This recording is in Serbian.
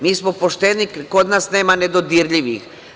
Mi smo pošteni, kod nas nema nedodirljivih.